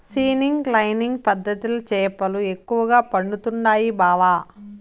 seining lining పద్ధతిల చేపలు ఎక్కువగా పడుతండాయి బావ